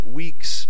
weeks